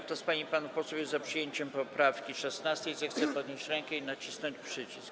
Kto z pań i panów posłów jest za przyjęciem poprawki 16., zechce podnieść rękę i nacisnąć przycisk.